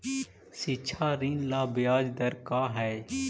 शिक्षा ऋण ला ब्याज दर का हई?